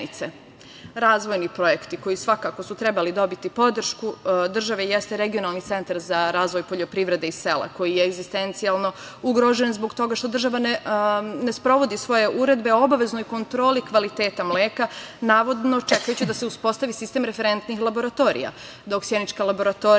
Sjenice. Razvojni projekti koji su svakako trebali dobiti podršku države jeste regionalni centar za razvoj poljoprivrede i sela, koji je egzistencijalno ugrožen zbog toga što država ne sprovodi svoje uredbe o obaveznoj kontroli kvaliteta mleka, navodno čekajući da se uspostavi sistem referentnih laboratorija. Dok sjenička laboratorija